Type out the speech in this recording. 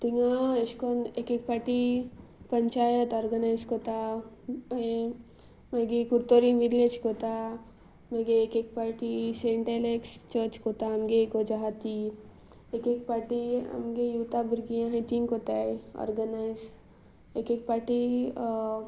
थंय अशे करून एक एक फावटी पंचायत ऑर्गनायज करता मागीर मागीर कुडतरी विलेज करता मागीर एक एक फावटी सेंट एलेक्स चर्च करता आमची इगर्ज आसा ती एक एक फावटी आमची युथा भुरगीं आसात तीं करतात ऑर्गनायज एक एक फावटी